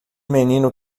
menino